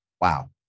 Wow